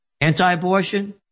anti-abortion